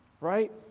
right